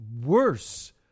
worse